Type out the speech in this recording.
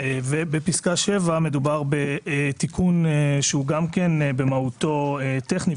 בפסקה (7) מדובר בתיקון שגם הוא במהותו טכני,